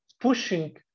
pushing